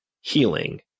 healing